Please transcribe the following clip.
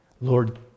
Lord